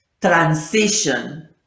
transition